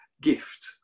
gift